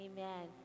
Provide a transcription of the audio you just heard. Amen